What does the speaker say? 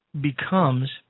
becomes